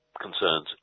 concerns